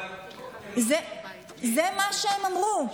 זה מה שהם אמרו.